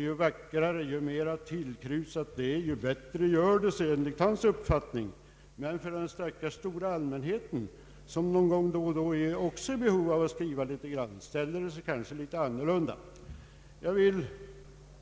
Ju vackrare och mera tillkrusat språket är, desto bättre gör det sig enligt hans uppfattning, men för den stackars stora allmänheten, som någon gång då och då också är i behov av att skriva något, ställer det sig kanske annorlunda. Jag vill